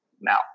now